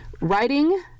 writing